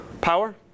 Power